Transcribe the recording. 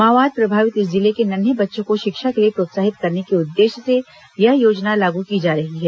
माओवाद प्रभावित इस जिले के नन्हें बच्चों को शिक्षा के लिए प्रोत्साहित करने के उद्देश्य से यह योजना लागू की जा रही है